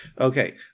Okay